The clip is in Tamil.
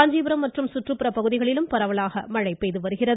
காஞ்சிபுரம் மற்றும் சுற்றுப்புற பகுதிகளில் பரவலாக இன்று மழை பெய்து வருகிறது